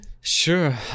sure